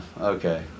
okay